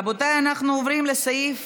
רבותיי, אנחנו עוברים לסעיף